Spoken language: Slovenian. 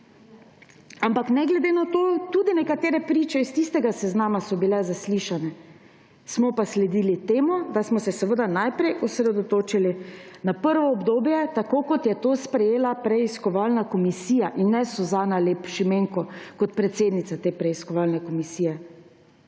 Ampak ne glede na to, tudi nekatere priče s tistega seznama so bile zaslišane. Smo pa sledili temu, da smo se najprej osredotočili na prvo obdobje, kot je to sprejela preiskovalna komisija in ne Suzana Lep Šimenko, kot predsednica te preiskovalne komisije.